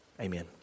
Amen